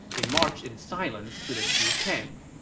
they marched in silence to the shu camp.